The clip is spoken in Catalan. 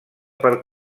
per